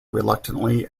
reluctantly